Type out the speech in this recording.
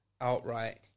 outright